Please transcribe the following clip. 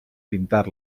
pintar